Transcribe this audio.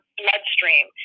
bloodstream